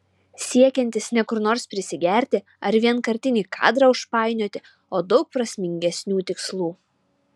siekiantis ne kur nors prisigerti ar vienkartinį kadrą užpainioti o daug prasmingesnių tikslų